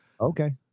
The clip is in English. Okay